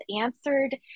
answered